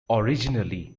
originally